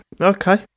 Okay